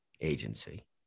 agency